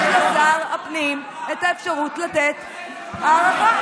יש לשר הפנים את האפשרות לתת הארכה.